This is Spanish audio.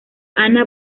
ana